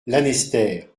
lanester